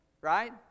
right